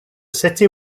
city